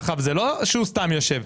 עכשיו, זה לא שהוא סתם יושב.